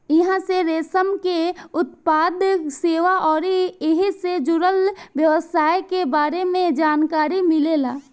इहां से रेशम के उत्पादन, सेवा अउरी ऐइसे जुड़ल व्यवसाय के बारे में जानकारी मिलेला